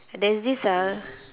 there's this uh